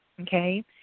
okay